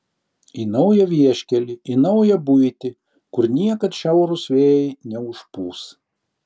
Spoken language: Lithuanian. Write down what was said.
į naują vieškelį į naują buitį kur niekad šiaurūs vėjai neužpūs